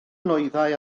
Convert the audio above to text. nwyddau